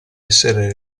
essere